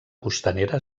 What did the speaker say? costanera